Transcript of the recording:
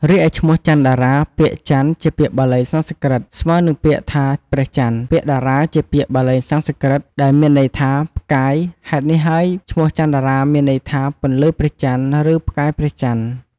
រីឯឈ្មោះ ច័ន្ទតារា ពាក្យច័ន្ទ ជាពាក្យបាលីសំស្ក្រឹតស្មើនឹងពាក្យថាព្រះចន្ទ ពាក្យតារា ជាពាក្យបាលីសំស្ក្រឹតដែលមានន័យថាផ្កាយ ហេតុនេះហើយឈ្មោះ ច័ន្ទតារា មានន័យថា ពន្លឺព្រះចន្ទ ឬ ផ្កាយព្រះចន្ទ។